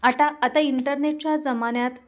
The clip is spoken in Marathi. आटा आता इंटरनेटच्या जमान्यात